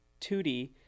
2d